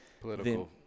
political